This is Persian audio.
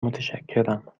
متشکرم